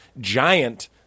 giant